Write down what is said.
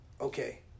okay